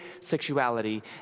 Sexuality